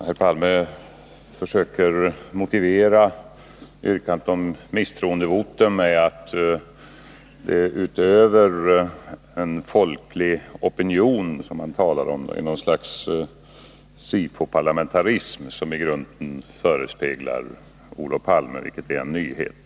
Herr talman! Olof Palme försöker motivera yrkandet om misstroendevotum med en folklig opinion, någon sorts SIFO-parlamentarism. Det var en nyhet.